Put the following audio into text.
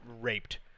raped